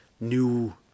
new